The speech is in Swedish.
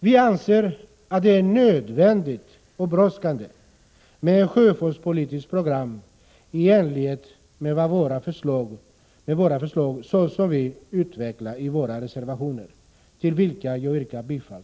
Vi anser att det är nödvändigt och brådskande med ett sjöfartspolitiskt program i enlighet med våra förslag, som vi utvecklar i våra reservationer, till vilka, herr talman, jag yrkar bifall.